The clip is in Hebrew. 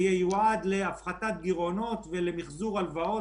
שייועד להפחתת גירעונות ולמִחזור הלוואות,